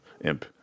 Imp